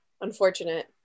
unfortunate